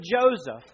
Joseph